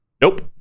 nope